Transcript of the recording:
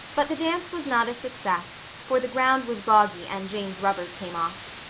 but the dance was not a success for the ground was boggy and jane's rubbers came off.